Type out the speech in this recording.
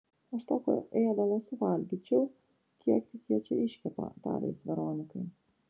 aš tokio ėdalo suvalgyčiau kiek tik jie čia iškepa tarė jis veronikai